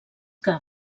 que